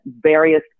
various